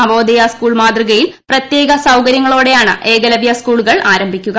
Navodaya school മാതൃകയിൽ പ്രത്യേക സൌകരൃങ്ങളോടെയാണ് ഏകലവൃ സ്കൂളുകൾ ആരംഭിക്കുക